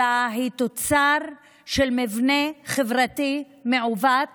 אלא היא תוצר של מבנה חברתי מעוות